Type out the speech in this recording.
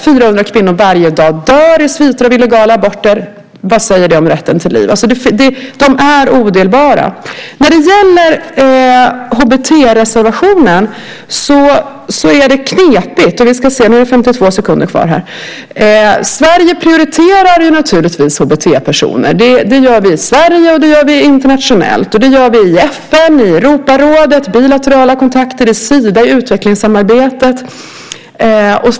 400 kvinnor dör varje dag i sviter av illegala aborter. Vad säger det om rätten till liv? De är alltså odelbara. När det gäller HBT-motionen är det knepigt. Sverige prioriterar naturligtvis HBT-personer. Det gör vi i Sverige och det gör vi internationellt i FN, i Europarådet, i bilaterala kontakter och i Sidas utvecklingssamarbete.